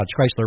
Chrysler